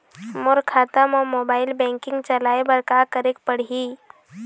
मोर खाता मा mobile banking चलाए बर का करेक पड़ही?